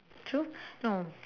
true oh